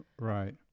Right